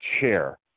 chair